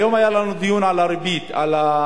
היום היה לנו דיון על הריבית בארץ,